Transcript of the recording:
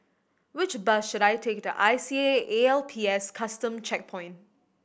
which bus should I take to I C A A L P S Custom Checkpoint